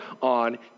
on